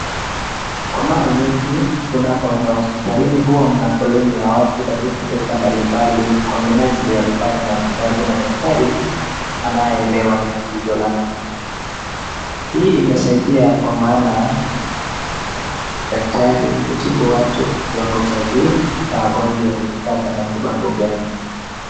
Kwa mara nyingi unapoenda hospitalini huwa mna foleni watu katika sekta mbalimbali kwa minajili ya kupata matibabu na daktari anayeelewa tatizo lako, Hii imesaidia kwa maana daktari hutibu watu kiwango cha juu na wagonjwa hupata matibabu vyema.